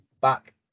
back